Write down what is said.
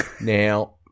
Now